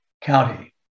county